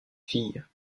filles